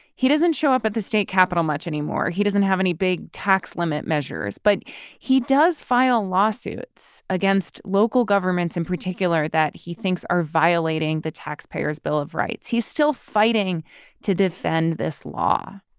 he doesn't show up at the state capitol much anymore. he doesn't have any big tax limit measures. but he does file lawsuits against local governments, in particular, that he thinks are violating the taxpayer's bill of rights. he's still fighting to defend this law